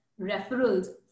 referrals